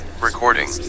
Recording